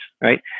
right